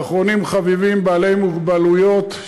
ואחרונים חביבים, בעלי מוגבלויות.